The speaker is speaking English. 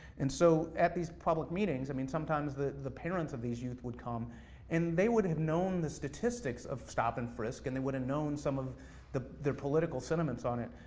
and so at these public meetings, i mean, sometimes the the parents of these youth would come and they would've known the statistics of stop and frisk, and they would've known some of their political sentiments on it,